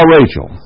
Rachel